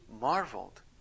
marveled